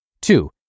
Two